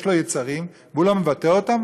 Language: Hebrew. יש לו יצרים והוא לא מבטא אותם,